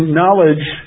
knowledge